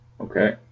okay